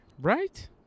Right